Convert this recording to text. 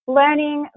learning